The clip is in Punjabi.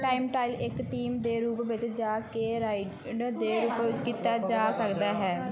ਟਾਈਮ ਟਾਇਲ ਇੱਕ ਟੀਮ ਦੇ ਰੂਪ ਵਿੱਚ ਜਾਂ ਕਿ ਰਾਈ ਡਰ ਦੇ ਰੂਪ ਵਿੱਚ ਕੀਤਾ ਜਾ ਸਕਦਾ ਹੈ